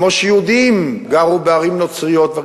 כמו שיהודים גרו בערים נוצריות.